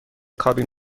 کابین